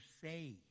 say